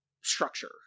structure